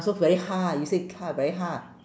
so very hard you say c~ hard very hard